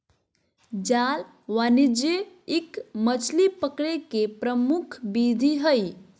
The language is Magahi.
जाल वाणिज्यिक मछली पकड़े के प्रमुख विधि हइ